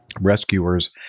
Rescuers